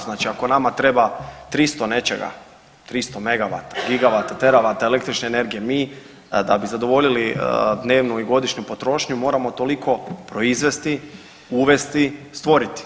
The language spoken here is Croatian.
Da, znači ako nama treba 300 nečega, 300 megavata, gigavata, teravata električne energije mi da bi zadovoljili dnevnu i godišnju potrošnju moramo toliko proizvesti, uvesti, stvoriti.